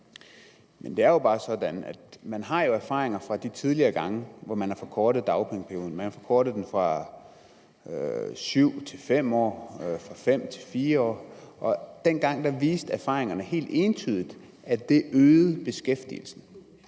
Men det er bare sådan, at man jo har erfaringer fra de tidligere gange, hvor man har forkortet dagpengeperioden. Man har forkortet den fra 7 til 5 år, fra 5 til 4 år, og dengang viste erfaringerne helt entydigt, at det øgede beskæftigelsen.